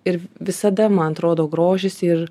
ir visada man atrodo grožisi ir